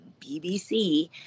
BBC